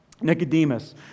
Nicodemus